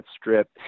Strip